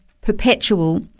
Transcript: perpetual